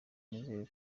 nizere